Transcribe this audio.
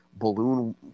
Balloon